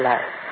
Life